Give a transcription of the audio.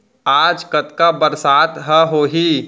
आज कतका बरसात ह होही?